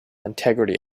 integrity